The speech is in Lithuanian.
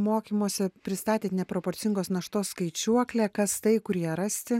mokymuose pristatėt neproporcingos naštos skaičiuoklė kas tai kur ją rasti